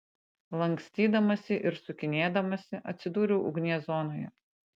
lankstydamasi ir sukinėdamasi atsidūriau ugnies zonoje